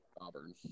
Auburn